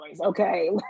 Okay